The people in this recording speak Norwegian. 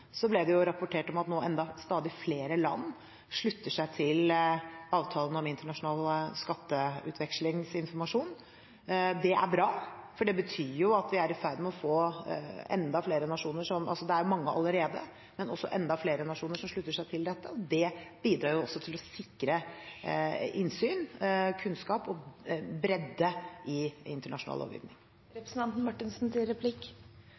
ble det rapportert om at stadig flere land nå slutter seg til avtalen om internasjonal skatteutvekslingsinformasjon. Det er bra, for det betyr at vi er i ferd med å få enda flere nasjoner – det er mange allerede – som slutter seg til dette, og det bidrar også til å sikre innsyn, kunnskap og bredde i internasjonal lovgivning. Da velger jeg å forutsette at finansministeren kommer til